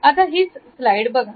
आता हीच स्लाईड बघा